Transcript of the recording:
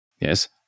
yes